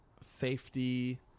safety